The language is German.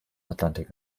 atlantik